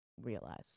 realize